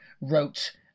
wrote